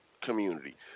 community